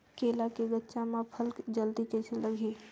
केला के गचा मां फल जल्दी कइसे लगही?